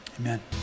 Amen